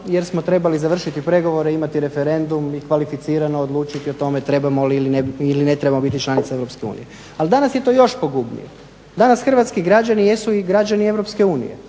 jer smo trebali završiti pregovore, imati referendum i kvalificirano odlučiti o tome trebamo li ili ne trebamo biti članica EU. Ali danas je to još pogubnije. Danas hrvatski građani jesu i građani EU,